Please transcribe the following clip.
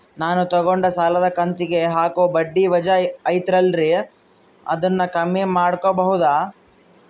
ನಾನು ತಗೊಂಡ ಸಾಲದ ಕಂತಿಗೆ ಹಾಕೋ ಬಡ್ಡಿ ವಜಾ ಐತಲ್ರಿ ಅದನ್ನ ಕಮ್ಮಿ ಮಾಡಕೋಬಹುದಾ?